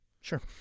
sure